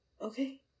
okay